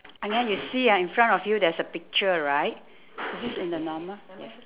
and then you see ah in front of you there is a picture right